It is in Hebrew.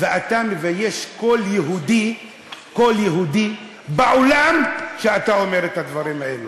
ואתה מבייש כל יהודי בעולם כשאתה אומר את הדברים האלה.